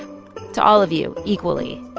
to all of you equally,